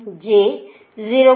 02 மற்றும் j 0